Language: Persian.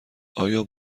آیا